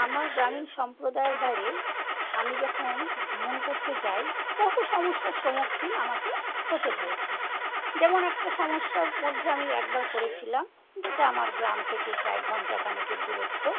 আমার গ্রামীণ সম্প্রদায়ের বাইরে আমি যখন ভ্রমণ করতে যাই বহু সমস্যার সম্মুখীন আমাকে হতে হয়েছে যেমন একটা সমস্যার মধ্যে আমি একবার পড়েছিলাম যেটা আমার গ্রাম থেকে প্রায় ঘণ্টা খানেকের দূরত্ব